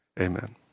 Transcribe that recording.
amen